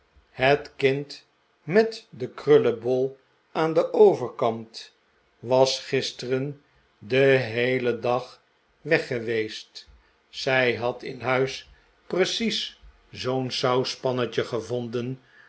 het kind met den krullebol aan den overkant was gisteren den heelen dag weg geweest zij had in huis precies zoo'n sauspannetje gevonden